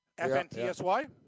FNTSY